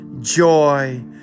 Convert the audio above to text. joy